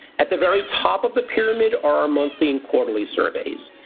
at the very top of the pyramid are our monthly and quarterly surveys.